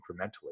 incrementally